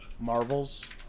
marvels